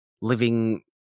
living